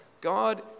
God